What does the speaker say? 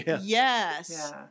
Yes